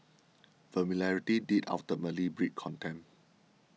familiarity did ultimately breed contempt